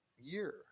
year